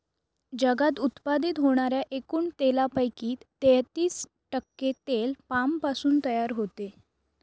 जगात उत्पादित होणाऱ्या एकूण तेलापैकी तेहतीस टक्के तेल पामपासून तयार होते